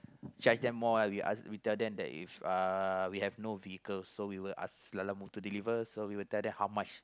charge them more ah we ask we tell them that if uh we have no vehicle so we will ask Lalamove to deliver so we will tell them how much